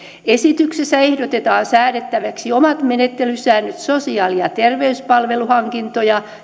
esityksessä ehdotetaan säädettäväksi omat menettelysäännöt sosiaali ja terveyspalveluhankintoja